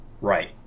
Right